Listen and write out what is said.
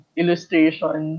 illustration